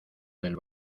del